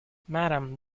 madam